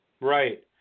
Right